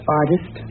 artist